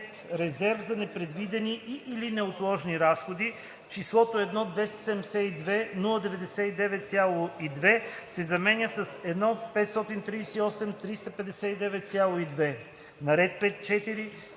„Резерв за непредвидени и/или неотложни разходи“ числото „1 272 099,2“ се заменя с „1 538 359,2“.